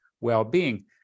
well-being